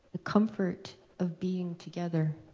comfort of being together.